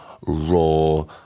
raw